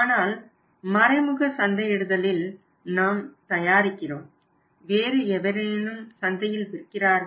ஆனால் மறைமுக சந்தையிடுதலில் நாம் தயாரிக்கிறோம் வேறு எவரேனும் சந்தையில் விற்கிறார்கள்